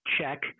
check